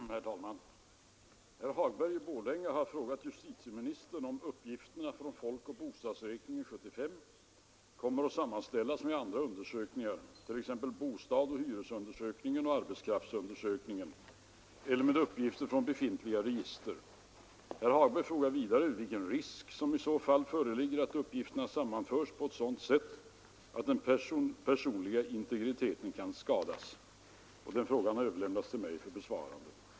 Herr talman! Herr Hagberg i Borlänge har frågat justitieministern om uppgifterna från folkoch bostadsräkningen 1975 kommer att sammanställas med andra undersökningar, t.ex. bostadsoch hyresundersökningen och arbetskraftsundersökningen, eller med uppgifter från befintliga register. Herr Hagberg frågar vidare vilken risk som i så fall föreligger att uppgifterna sammanförs på ett sådant sätt att den personliga integriteten kan skadas. Frågan har överlämnats till mig för besvarande.